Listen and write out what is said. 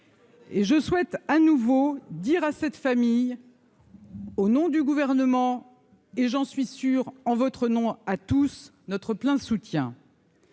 et je souhaite à nouveau dire à cette famille. Au nom du gouvernement et j'en suis sûr en votre nom à tous, notre plein soutien.